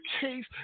case